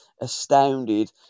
astounded